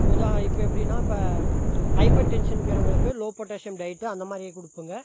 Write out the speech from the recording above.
உதா இப்போ எப்படின்னா இப்போ ஹைப்பர் டென்ஷன் இருக்கிறவங்களுக்கு லோ பொட்டாஷியம் டயட்டு அந்த மாதிரி கொடுப்பேங்க